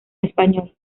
español